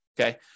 Okay